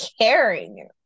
caring